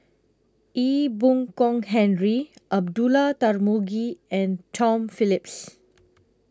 Ee Boon Kong Henry Abdullah Tarmugi and Tom Phillips